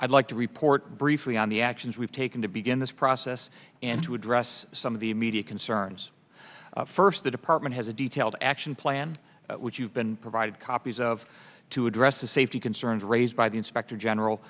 i'd like to report briefly on the actions we've taken to begin this process and to address some of the immediate concerns first the department has a detailed action plan which you've been provided copies of to address the safety concerns raised by the inspector general